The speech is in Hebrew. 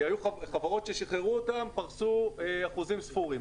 היו חברות ששחררו אותן פרסו אחוזים ספורים.